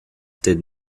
did